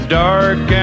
dark